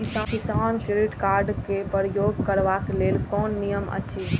किसान credit card क प्रयोग करबाक लेल कोन नियम अछि?